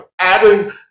adding